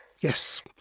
Yes